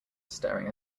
staring